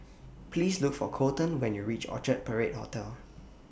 Please Look For Kolten when YOU REACH Orchard Parade Hotel